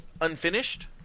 unfinished